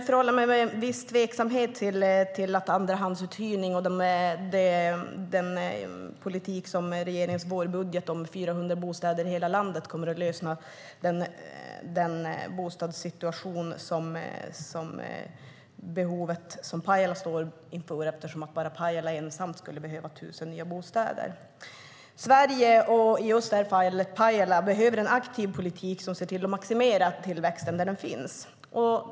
Jag är tveksam till att andrahandsuthyrning och den politik som framgår av regeringens vårbudget om 400 bostäder i hela landet kommer att lösa det bostadsbehov som Pajala har, eftersom Pajala ensamt skulle behöva 1 000 nya bostäder. Sverige, och i det här fallet Pajala, behöver en aktiv politik som ser till att maximera tillväxten där den finns.